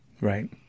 Right